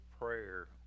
prayer